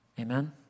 Amen